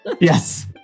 Yes